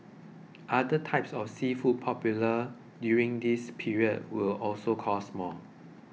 other types of seafood popular during this period will also cost more